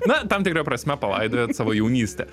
na tam tikra prasme palaidojot savo jaunystę